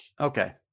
Okay